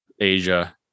Asia